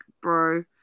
bro